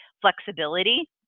flexibility